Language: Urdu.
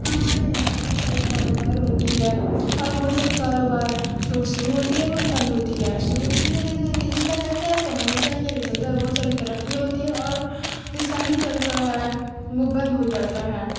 ہمارے یہاں بہت ساری کاروبار ہوتی ہے اور بہت ساری کاروبار روز شروع ہوتی ہے روز بند ہوتی ہے شروع اس وجہ سے ہوتی ہے جس کا چلتا ہے تو ہمیشہ کے لیے چلتا ہے بہت ساری ترقی ہوتی ہے اور جس کا نہیں چلتا ہے وہ بند ہو جاتا ہے